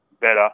better